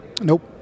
Nope